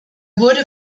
wurde